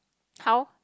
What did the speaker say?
how